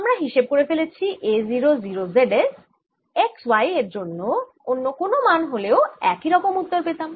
আমরা হিসেব করে ফেলেছি A 0 0 Z এর x y এর অন্য যে কোন মান হলেও একই উত্তর পেতাম